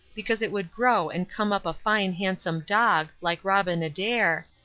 because it would grow and come up a fine handsome dog, like robin adair,